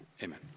Amen